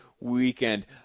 weekend